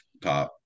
top